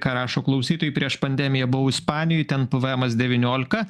ką rašo klausytojai prieš pandemiją buvau ispanijoj ten pvemas devyniolika